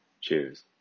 Cheers